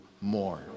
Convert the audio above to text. more